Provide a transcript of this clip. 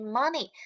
money